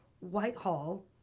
Whitehall